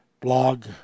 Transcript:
blog